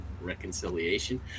reconciliation